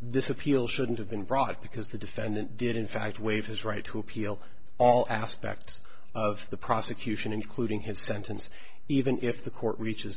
this appeal shouldn't have been brought because the defendant did in fact waive his right to appeal all aspects of the prosecution including his sentence even if the court reaches